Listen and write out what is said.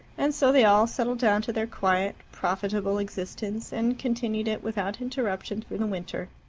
and so they all settled down to their quiet, profitable existence, and continued it without interruption through the winter.